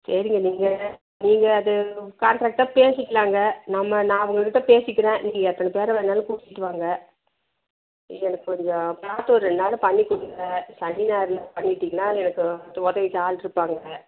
சரிங்க நீங்கள் நீங்கள் அது காண்ட்ராக்ட்டாக பேசிக்கலாங்க நம்ம நான் உங்கள் கிட்ட பேசிக்கிறேன் நீங்கள் எத்தனை பேரை வேண்ணாலும் கூட்டிகிட்டு வாங்க எனக்கு கொஞ்சம் பார்த்து ஒரு ரெண்டு நாளில் பண்ணி கொடுங்க சனி ஞாயிறில் பண்ணிவிட்டிங்னா எனக்கு உதவிக்கு ஆள் இருப்பாங்க